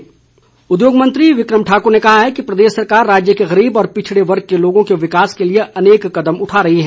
विक्रम ठाकुर उद्योग मंत्री विक्रम ठाकुर ने कहा है कि प्रदेश सरकार राज्य के गरीब व पिछड़े वर्ग के लोगों के विकास के लिए अनेक कदम उठा रही है